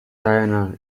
diana